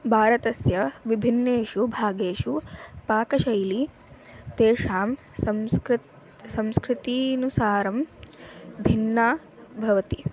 भारतस्य विभिन्नेषु भागेषु पाकशैली तेषां संस्कृतेः संस्कृत्यनुसारं भिन्ना भवति